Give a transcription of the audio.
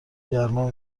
گرما